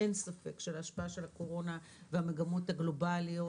אין ספק שהשפעה של הקורונה והמגמות הגלובאליות